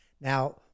Now